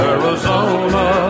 Arizona